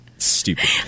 stupid